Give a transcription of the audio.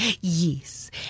yes